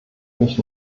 mich